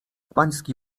pański